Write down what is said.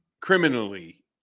criminally